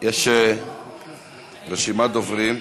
יש רשימת דוברים.